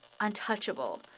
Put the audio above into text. untouchable